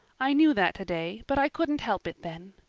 i knew that today, but i couldn't help it then.